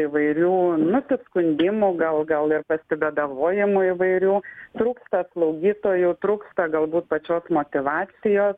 įvairių nusiskundimų gal gal ir pasibėdavojimų įvairių trūksta slaugytojų trūksta galbūt pačios motyvacijos